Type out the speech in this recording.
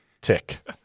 tick